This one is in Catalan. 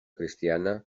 cristiana